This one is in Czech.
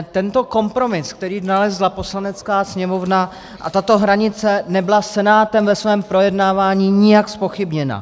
Tento kompromis, který nalezla Poslanecká sněmovna, a tato hranice nebyla Senátem ve svém projednávání nijak zpochybněna.